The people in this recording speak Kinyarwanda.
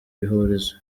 ihurizo